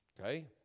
okay